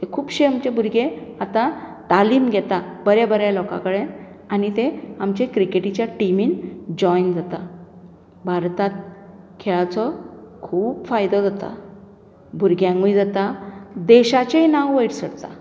ते खूबशे आमचे भुरगे आतां तालीम घेता बरें बरें लोकां कडेन आनी ते आमचे क्रिकेटीचे टिमीन जॉयन जातात भारतांत खेळाचो खूब फायदो जाता भुरग्यांकूय जाता देशाचेंय नांव वयर सरता